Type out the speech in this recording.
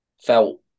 Felt